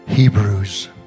Hebrews